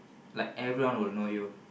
like everyone would know you